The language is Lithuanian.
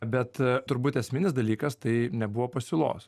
bet turbūt esminis dalykas tai nebuvo pasiūlos